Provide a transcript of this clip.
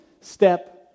step